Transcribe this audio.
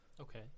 okay